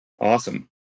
Awesome